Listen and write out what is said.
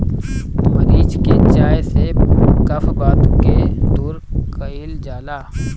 मरीच के चाय से कफ वात के दूर कइल जाला